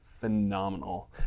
phenomenal